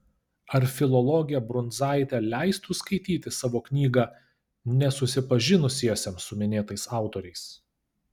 ar filologė brundzaitė leistų skaityti savo knygą nesusipažinusiesiems su minėtais autoriais